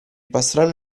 pastrano